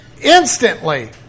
instantly